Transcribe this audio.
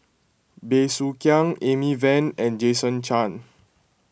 Bey Soo Khiang Amy Van and Jason Chan